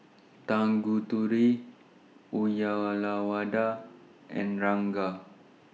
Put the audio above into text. Tanguturi Uyyalawada and Ranga